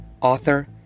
author